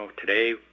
today